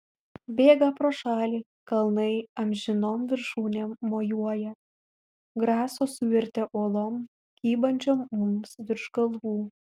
bėga pro šalį kalnai amžinom viršūnėm mojuoja graso suvirtę uolom kybančiom mums virš galvų